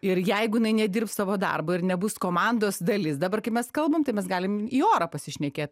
ir jeigu nedirbs savo darbo ir nebus komandos dalis dabar kai mes kalbam tai mes galim į orą pasišnekėt